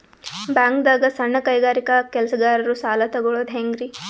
ಬ್ಯಾಂಕ್ದಾಗ ಸಣ್ಣ ಕೈಗಾರಿಕಾ ಕೆಲಸಗಾರರು ಸಾಲ ತಗೊಳದ್ ಹೇಂಗ್ರಿ?